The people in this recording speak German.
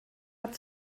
hat